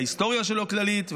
ההיסטוריה שלו כללית,